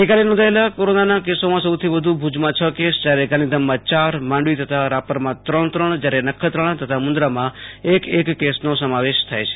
ગઈકાલે નોંધાયેલા કોરોનાના કેસોમાં સૌથી વધુ ભુજમાં છ કેસ જ્યારે ગાંધીધામમાં ચાર માંડવી તથા રાપરમાં ત્રણ ત્રણ જ્યારે નખત્રાણા તથા મુન્દ્રામાં એક એકે કેસનો સમાવેશ થાય છે